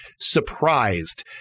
surprised